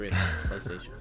PlayStation